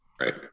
right